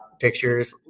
pictures